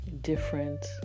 different